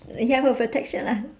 you have a protection lah